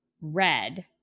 red